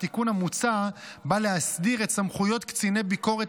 התיקון המוצע בא להסדיר את סמכויות קציני ביקורת